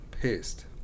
pissed